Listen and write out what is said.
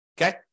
Okay